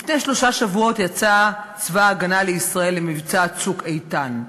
לפני שלושה שבועות יצא צבא הגנה לישראל למבצע "צוק איתן".